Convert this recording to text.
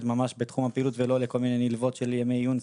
ממש בתחום הפעילות ולא לכל מיני נלוות של ימי עיון,